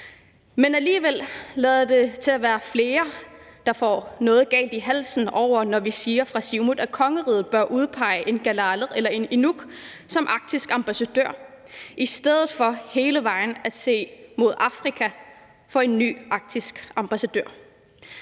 ske. Alligevel lader der til at være flere, der får noget galt i halsen, når vi fra Siumuts side siger, at kongeriget bør udpege en kalaaleq eller en inuk som arktisk ambassadør i stedet for at se hele vejen til Afrika for at finde en ny arktisk ambassadør.